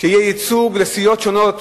שיהיה ייצוג לסיעות שונות